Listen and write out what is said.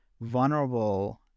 vulnerable